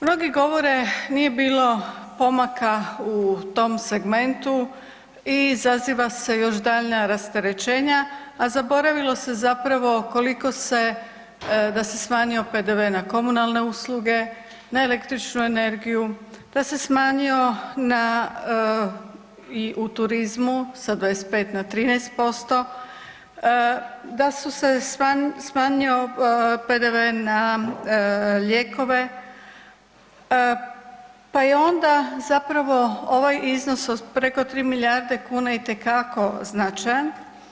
Mnogi govore nije bilo pomaka u tom segmentu i izaziva se još daljnja rasterećenja, a zaboravilo se zapravo koliko se, da se smanjio PDV na komunalne usluge, na električnu energiju, da se smanjio na i u turizmu sa 25 na 13%, da su se smanjio PDV na lijekove, pa je onda zapravo ovaj iznos od preko 3 milijarde kuna itekako značajan.